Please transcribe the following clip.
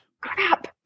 crap